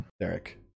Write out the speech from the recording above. Derek